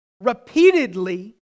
Repeatedly